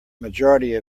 majority